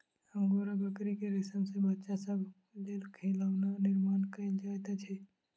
angora बकरी के रेशम सॅ बच्चा सभक लेल खिलौना निर्माण कयल जाइत अछि